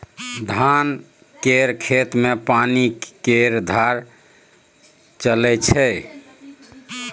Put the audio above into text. धान केर खेत मे पानि केर धार चलइ छै